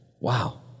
Wow